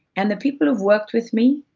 and the people who've worked with me,